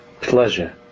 pleasure